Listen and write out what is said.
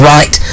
Right